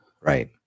Right